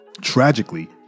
Tragically